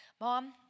mom